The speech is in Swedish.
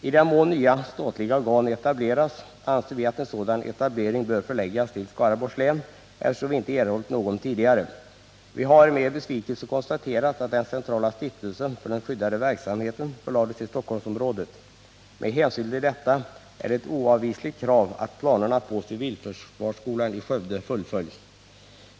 I den mån nya statliga organ etableras anser vi att en sådan etablering bör förläggas till Skaraborgs län, eftersom länet inte erhållit någon tidigare. Vi har med besvikelse konstaterat att den centrala stiftelsen för den skyddade verksamheten förlades till Stockholmsområdet. Med hänsyn till detta är det ett oavvisligt krav att planerna på civilförsvarsskolan i Skövde fullföljs.